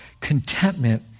contentment